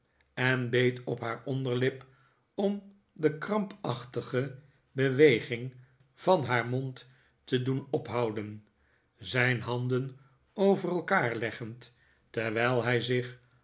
en beet op haar onderlip om de krampachtige beweging van haar mond te doen ophouden zijn handen over elkaar leggend terwijl hij zich